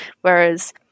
whereas